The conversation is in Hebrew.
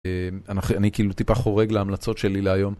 אני כאילו טיפה חורג להמלצות שלי להיום.